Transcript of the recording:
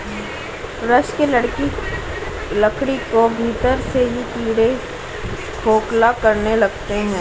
वृक्ष के लकड़ी को भीतर से ही कीड़े खोखला करने लगते हैं